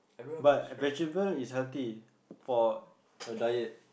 but vegetable is healthy for your diet